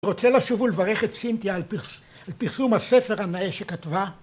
רוצה לשוב ולברך את סינתיה על פרסום הספר הנאה שכתבה